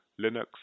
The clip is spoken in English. Linux